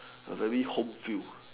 a very home feel